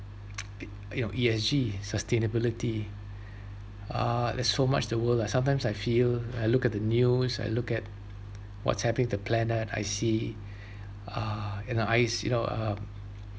you know E_S_G sustainability uh there's so much the world ah sometimes I feel I look at the news I look at what's happenning with the planet I see uh and the ice you know um